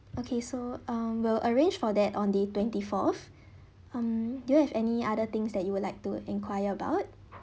okay so um we'll arrange for that on the twenty fourth um do you have any other things that you would like to enquire about